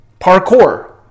parkour